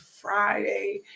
Friday